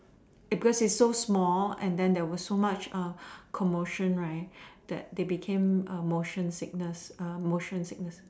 because it is so small and then there was so much commotion right that they became a motion sickness motion sickness